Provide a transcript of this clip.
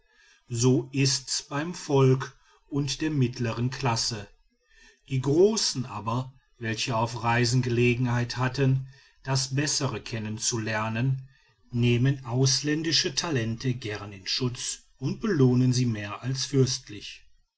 so ist's beim volk und der mittleren klasse die großen aber welche auf reisen gelegenheit hatten das bessere kennenzulernen nehmen ausländische talente gern in schutz und belohnen sie mehr als fürstlich